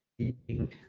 eating